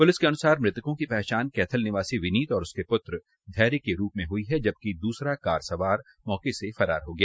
police के अनुसार मृतकों की पहचान कैथल निवासी विनीत और उसके पूत्र धैर्य के रूप में हई है जबकि दूसरा कार सवार मौके से फरार हो गया